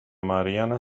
mariana